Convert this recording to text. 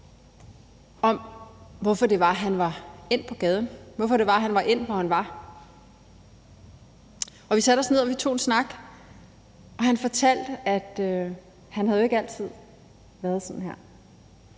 om, hvorfor det var, han var endt på gaden; hvorfor det var, han var endt, hvor han var, og vi satte os ned og tog en snak. Han fortalte, at han jo ikke altid havde været sådan her.